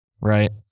right